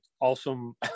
awesome